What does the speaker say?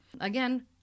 again